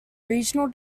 regional